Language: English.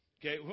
Okay